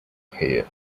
here